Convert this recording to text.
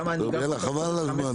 למה אני גר באותה כתובת 15 שנה,